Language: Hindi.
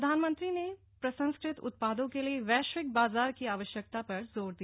प्रधानमंत्री ने प्रसंस्कृत उत्पादों के लिए वैश्विक बाजार की आवश्यकता पर जोर दिया